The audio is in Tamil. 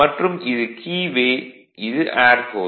மற்றும் இது கீ வே இது ஏர் ஹோல்ஸ்